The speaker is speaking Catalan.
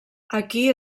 aquí